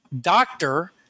doctor –